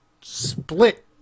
split